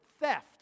theft